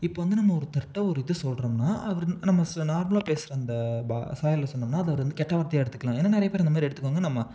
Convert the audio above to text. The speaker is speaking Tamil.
இப்போ வந்து நம்ம ஒருத்தர்கிட்ட ஒரு இதை சொல்றோம்ன்னா அவர் நம்ம நார்மலாக பேசுகிற அந்த பா சாயல்ல சொன்னோம்ன்னால் அது அவர் வந்து கெட்ட வார்த்தையாக எடுத்துக்கலாம் ஏன்னா நிறைய பேர் அந்தமாதிரி எடுத்துக்குவாங்க நம்ம